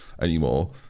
anymore